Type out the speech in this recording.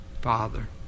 Father